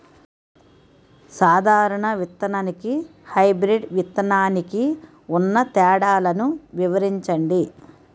సాధారణ విత్తననికి, హైబ్రిడ్ విత్తనానికి ఉన్న తేడాలను వివరించండి?